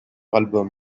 album